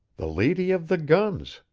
the lady of the guns!